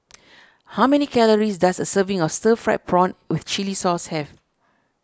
how many calories does a serving of Stir Fried Prawn with Chili Sauce have